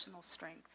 strength